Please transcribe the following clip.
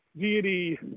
deity